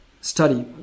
study